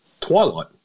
Twilight